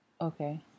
Okay